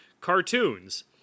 cartoons